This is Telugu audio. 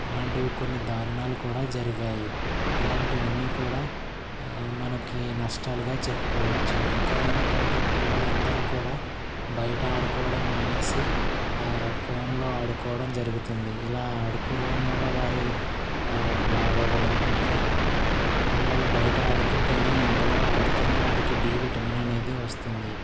ఇలాంటివి కొన్ని దారుణాలు కూడా జరిగాయి ఇలాంటివన్నీ కూడా మనకి నష్టాలుగా చెప్పుకోవచ్చు ఇంకా ఏమిటంటే పిల్లలు అందరూ కూడా బయట ఆడుకోవడం మానేసి ఫోన్లో ఆడుకోవడం జరుగుతుంది ఇలా ఆడుకోడం వల్ల వారు లావవ్వడం అంటే పిల్లలు బయట ఆడుకుంటేనే ఎండలో ఆడితేనే వారికి డి విటమిన్ అనేది వస్తుంది